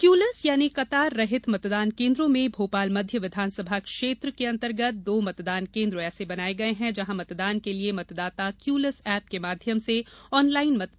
queueless यानी कतार रहित मतदान केन्द्रों में भोपाल मध्य विधानसभा क्षेत्र के अंतर्गत दो मतदान केन्द्र ऐसे बनाये गये हैं जहां मतदान के लिए मतदाता क्यूलेस ऐप के माध्यम से ऑनलाइन मतदान का टोकन ले सकेंगे